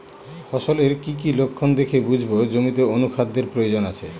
ফসলের কি কি লক্ষণ দেখে বুঝব জমিতে অনুখাদ্যের প্রয়োজন আছে?